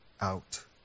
out